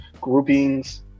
Groupings